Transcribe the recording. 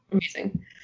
amazing